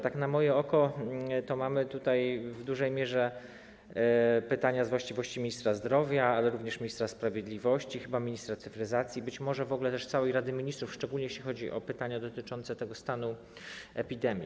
Tak na moje oko mamy tutaj w dużej mierze pytania z właściwości ministra zdrowia, ale również ministra sprawiedliwości, chyba ministra cyfryzacji i być może całej Rady Ministrów, szczególnie jeśli chodzi o pytania dotyczące stanu epidemii.